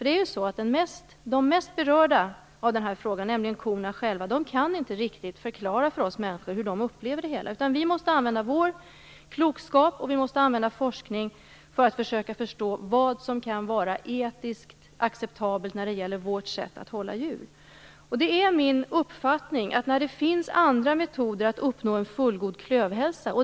Det är ju så att de som berörs mest av den här frågan, nämligen korna själva, inte riktigt kan förklara för oss människor hur de upplever det hela. Vi måste använda vår klokskap och forskning för att försöka förstå vad som kan vara etiskt acceptabelt när det gäller vårt sätt att hålla djur. Det finns många andra metoder att uppnå en fullgod klövhälsa.